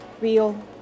Real